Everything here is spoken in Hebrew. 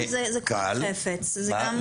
חפץ קל.